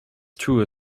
true